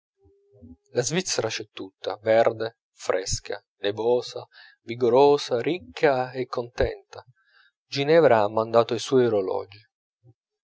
la svizzera c'è tutta verde fresca nevosa vigorosa ricca e contenta ginevra ha mandato i suoi orologi